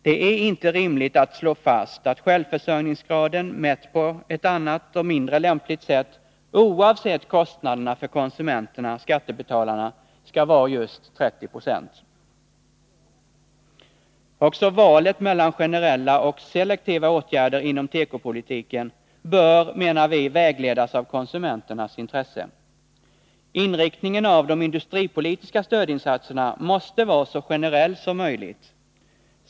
Det är inte rimligt att slå fast att självförsörjningsgraden, mätt på ett annat och mindre lämpligt sätt, oavsett kostnaderna för konsumenterna/ skattebetalarna skall vara just 30 26. Också valet mellan generella och selektiva åtgärder inom tekopolitiken bör, menar vi, vägledas av konsumenternas intressen. Inriktningen av de industripolitiska stödinsatserna måste vara så generell som möjligt.